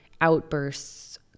outbursts